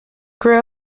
grew